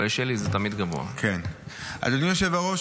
אדוני היושב-ראש,